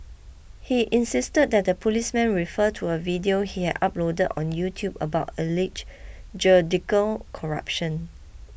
he insisted that the policemen refer to a video he had uploaded on YouTube about alleged judicial corruption